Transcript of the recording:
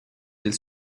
del